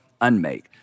unmake